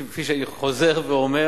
אני חוזר ואומר: